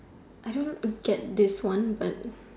I don't get this one but